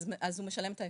אז הוא משלם את ההפרש.